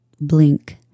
Blink